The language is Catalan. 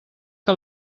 que